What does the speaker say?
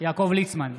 יעקב ליצמן,